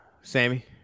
Sammy